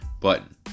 button